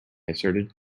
asserted